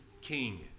king